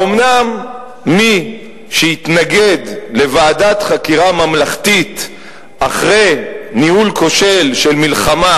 האומנם מי שהתנגד לוועדת חקירה ממלכתית אחרי ניהול כושל של מלחמה,